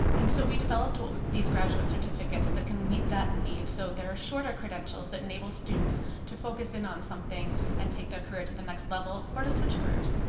and so we developed these graduate certificates that can meet that need. so they're shorter credentials that enable students to focus in on something and take their career to the next level or to switch careers.